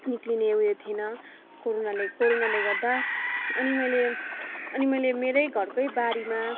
निस्किने उयो थिएन कोरोनाले कोरोनाले गर्दा अनि मैले अनि मैले मेरै घरकै बारीमा